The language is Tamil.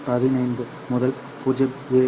15 முதல் 0